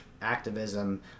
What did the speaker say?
activism